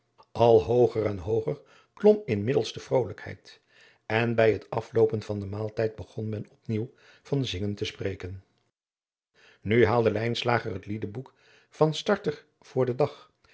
al hooger en hooger klom inmiddels de vrolijkheid en bij het afloopen van den maaltijd begon men op nieuw van zingen en spreken nu haalde lijnslager het liedeboek van starter voor den dag